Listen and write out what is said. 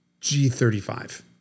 G35